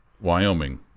Wyoming